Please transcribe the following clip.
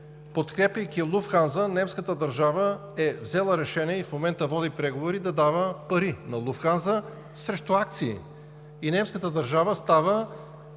Подкрепяйки Луфтханза, немската държава е взела решение и в момента води преговори да дава пари на Луфтханза срещу акции, и немската държава става